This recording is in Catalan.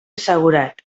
assegurat